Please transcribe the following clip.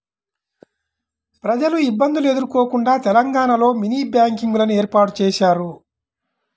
ప్రజలు ఇబ్బందులు ఎదుర్కోకుండా తెలంగాణలో మినీ బ్యాంకింగ్ లను ఏర్పాటు చేశారు